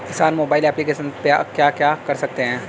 किसान mobile application पे क्या क्या कर सकते हैं?